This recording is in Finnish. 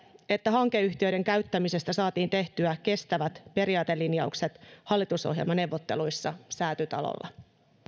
että hankeyhtiöiden käyttämisestä saatiin tehtyä kestävät periaatelinjaukset hallitusohjelmaneuvotteluissa säätytalolla